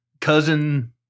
cousin